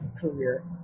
career